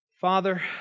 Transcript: Father